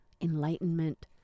enlightenment